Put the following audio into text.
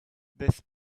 this